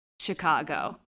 Chicago